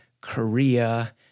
Korea